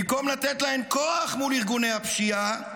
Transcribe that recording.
במקום לתת להן כוח מול ארגוני הפשיעה,